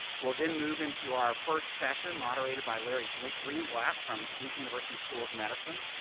we'll then move into our first session moderated by larry greenblatt from duke university school of medicine,